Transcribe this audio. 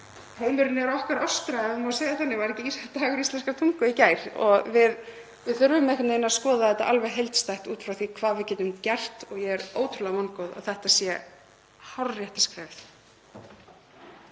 sé okkar ostra ef ég má segja það þannig — var ekki dagur íslenskrar tungu í gær? Við þurfum einhvern veginn að skoða þetta alveg heildstætt út frá því hvað við getum gert og ég er ótrúlega vongóð um að þetta sé hárrétta skrefið.